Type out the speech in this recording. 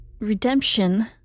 redemption